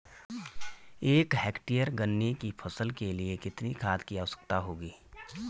एक हेक्टेयर गन्ने की फसल के लिए कितनी खाद की आवश्यकता होगी?